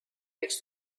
võiks